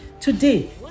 Today